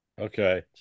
Okay